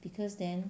because then